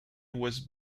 was